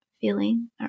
feeling